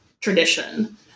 tradition